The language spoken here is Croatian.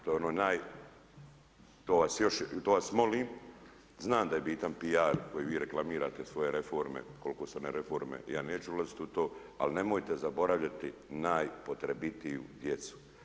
To je ono naj, to vas još, to vas molim, znam da je bitan piar koji vi reklamirate svoje reforme koliko su one reforme ja neću ulaziti u to, al nemojte zaboravljati najpotrebitiju djecu.